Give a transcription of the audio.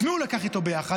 את מי הוא לקח איתו ביחד?